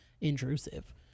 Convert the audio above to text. intrusive